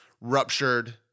ruptured